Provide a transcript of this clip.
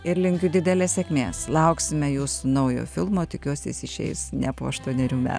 ir linkiu didelės sėkmės lauksime jūsų naujo filmo tikiuosi jis išeis ne po aštuonerių metų